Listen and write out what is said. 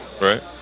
Right